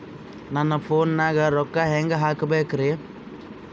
ನನ್ನ ಫೋನ್ ನಾಗ ರೊಕ್ಕ ಹೆಂಗ ಹಾಕ ಬೇಕ್ರಿ?